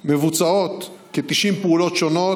מבוצעות כ-90 פעולות שונות